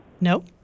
no